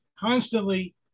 constantly